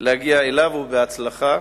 להגיע אליו, ובהצלחה.